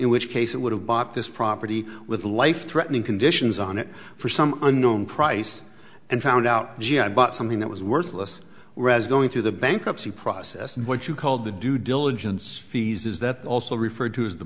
which case it would have bought this property with a life threatening conditions on it for some unknown price and found out she had bought something that was worthless whereas going through the bankruptcy process and what you called the due diligence fees is that also referred to as the